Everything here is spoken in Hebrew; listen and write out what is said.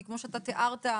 כי כמו שאתה תיארת,